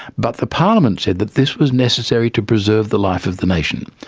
but the parliament said that this was necessary to preserve the life of the nation.